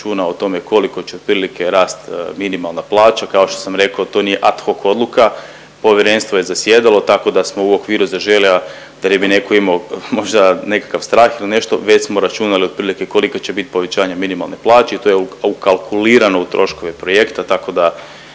o tome koliko će otprilike rast minimalna plaća, kao što sam rekao, to nije ad hoc odluka, povjerenstvo je zasjedalo, tako da smo u okviru Zaželi, a da ne bi netko imao možda nekakav strah ili nešto, već smo računali otprilike koliko će bit povećanje minimalne plaće i to je ukalkulirano u troškove projekta, tako da,